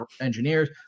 engineers